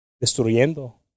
destruyendo